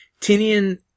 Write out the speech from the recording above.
Tinian